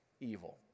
evil